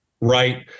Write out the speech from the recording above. right